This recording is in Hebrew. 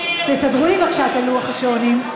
תסדרו לי בבקשה את לוח השעונים,